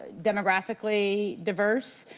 demographically diverse.